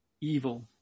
evil